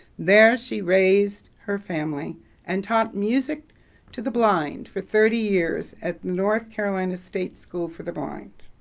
there she raised her family and taught music to the blind for thirty years at north carolina state school for the blind.